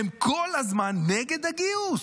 הם כל הזמן נגד הגיוס.